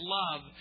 love